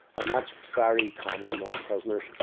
and that's very common among prisoners.